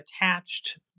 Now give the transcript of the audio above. attached